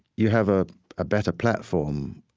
you have a ah better platform.